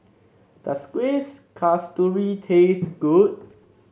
does Kuih Kasturi taste good